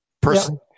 person